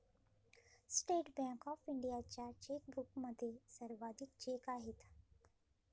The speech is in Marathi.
स्टेट बँक ऑफ इंडियाच्या चेकबुकमध्ये सर्वाधिक चेक आहेत